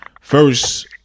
first